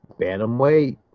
Bantamweight